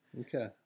okay